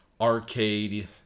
arcade